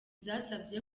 zasabye